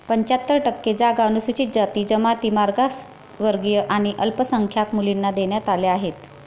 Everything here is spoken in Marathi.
पंच्याहत्तर टक्के जागा अनुसूचित जाती, जमाती, मागासवर्गीय आणि अल्पसंख्याक मुलींना देण्यात आल्या आहेत